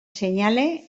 seinale